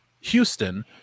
Houston